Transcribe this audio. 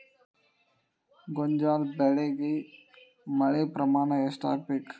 ಗೋಂಜಾಳ ಬೆಳಿಗೆ ಮಳೆ ಪ್ರಮಾಣ ಎಷ್ಟ್ ಆಗ್ಬೇಕ?